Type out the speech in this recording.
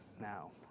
now